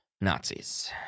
Nazis